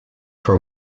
for